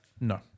No